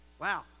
Wow